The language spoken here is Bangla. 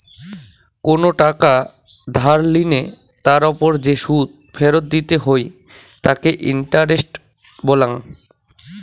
কোনো টাকা ধার লিলে তার ওপর যে সুদ ফেরত দিতে হই তাকে ইন্টারেস্ট বলাঙ্গ